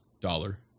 Dollar